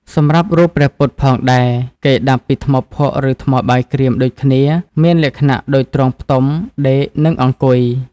សម្រាប់រូបព្រះពុទ្ធផងដែរគេដាប់ពីថ្មភក់ឬថ្មបាយក្រៀមដូចគ្នាមានលក្ខណ:ដូចទ្រង់ផ្ទុំ ដេក និងអង្គុយ។